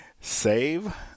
save